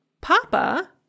Papa